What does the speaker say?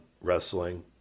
wrestling